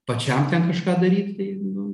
pačiam ten kažką daryt tai nu